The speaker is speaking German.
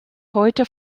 heute